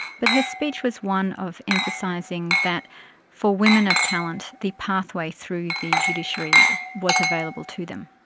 but her speech was one of emphasising that for women of talent, the pathway through the judiciary was available to them.